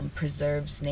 preserves